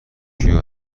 توکیو